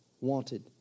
wanted